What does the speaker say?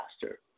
faster